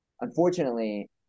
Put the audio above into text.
unfortunately